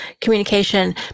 communication